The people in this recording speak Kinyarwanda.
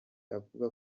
avuga